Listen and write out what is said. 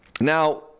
Now